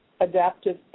adaptive